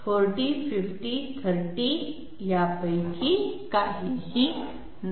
40 50 30 यापैकी काहीही नाही